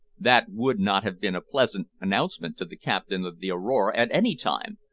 that would not have been a pleasant announcement to the captain of the aurora at any time,